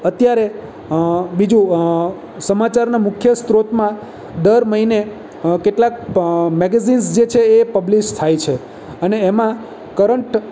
અત્યારે બીજું સમાચારના મુખ્ય સ્ત્રોતમાં દર મહિને કેટલાંક મેગેઝીન્સ જે છે એ પબ્લિશ થાય છે અને એમાં કરંટ